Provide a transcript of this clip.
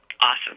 awesome